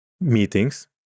meetings